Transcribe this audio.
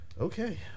Okay